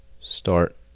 Start